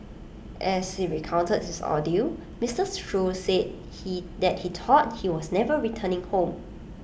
as he recounted his ordeal Mister Shoo said he that he thought he was never returning home